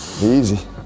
Easy